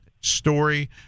story